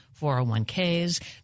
401ks